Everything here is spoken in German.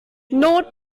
not